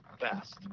best